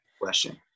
question